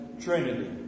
Trinity